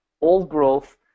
old-growth